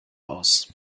aus